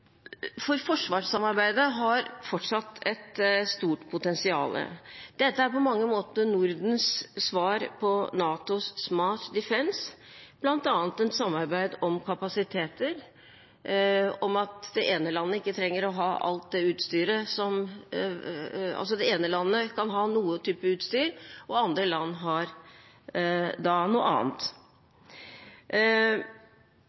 Forsvarssamarbeidet har fortsatt et stort potensial. Dette er på mange måter Nordens svar på NATOs Smart Defence, bl.a. et samarbeid om kapasiteter. Et land trenger ikke å ha alt utstyr – det ene landet kan ha én type utstyr og andre land har noe